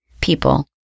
people